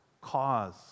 cause